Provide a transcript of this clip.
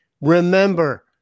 remember